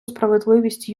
справедливість